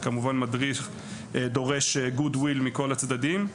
זה כמובן דורש goodwiil מכל הצדדים.